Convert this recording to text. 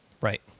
Right